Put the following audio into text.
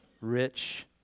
rich